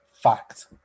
Fact